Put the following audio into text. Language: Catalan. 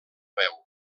veu